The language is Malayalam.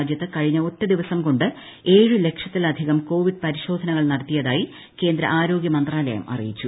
രാജ്യത്ത് കഴിഞ്ഞ ഒറ്റ ദിവസം കൊണ്ട് ഏഴ് ലക്ഷത്തിലധികം കോവിഡ് പരിശോധനകൾ നടത്തിയതായി കേന്ദ്ര ആരോഗ്യമന്ത്രാലയം അറിയിച്ചു